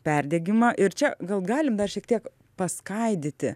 perdegimą ir čia gal galim dar šiek tiek paskaidyti